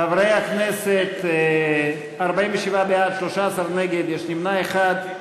חברי הכנסת, 47 בעד, 13 נגד, יש נמנע אחד.